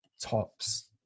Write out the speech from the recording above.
tops